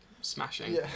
smashing